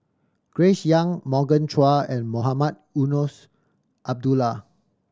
Grace Young Morgan Chua and Mohamed Eunos Abdullah